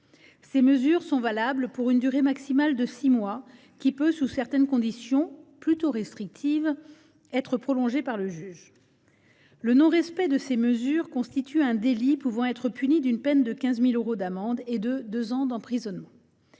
Ces mesures sont valables pour une durée maximale de six mois, qui peut, sous certaines conditions plutôt restrictives, être prolongée par le juge. Le non respect de ces mesures constitue un délit pouvant être puni d’une peine de 15 000 euros d’amende et de deux ans d’emprisonnement.